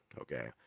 okay